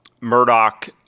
Murdoch